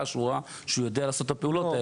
שהוא ראה שהוא יודע לעשות את הפעולות.